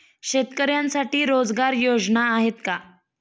शेतकऱ्यांसाठी रोजगार योजना आहेत का?